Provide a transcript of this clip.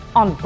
on